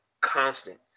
constant